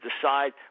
decide